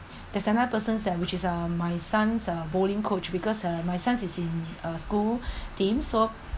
there's another person and which is uh my son's uh bowling coach because uh my son is in uh school team so